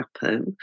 happen